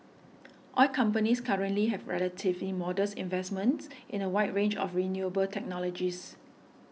oil companies currently have relatively modest investments in a wide range of renewable technologies